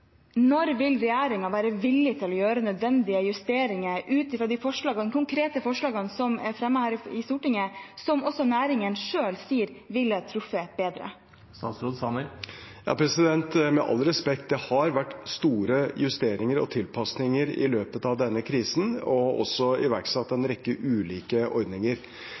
Når vil regjeringen være villig til å gjøre nødvendige justeringer ut fra de konkrete forslagene som er fremmet her i Stortinget, som også næringen selv sier ville ha truffet bedre? Med all respekt – det har vært store justeringer og tilpasninger i løpet av denne krisen og også iverksatt en rekke ulike ordninger.